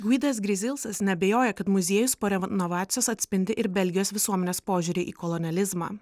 gvidas grizilsas neabejoja kad muziejus po renovacijos atspindi ir belgijos visuomenės požiūrį į kolonializmą